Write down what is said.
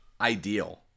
ideal